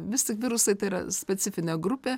visi virusai tai yra specifinė grupė